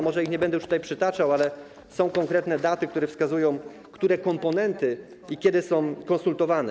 Może nie będę ich już tutaj przytaczał, ale są konkretne daty, które wskazują, które komponenty i kiedy są konsultowane.